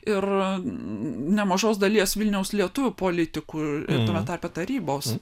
ir nemažos dalies vilniaus lietuvių politikų ir tame tarpe tarybos